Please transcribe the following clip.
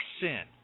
sin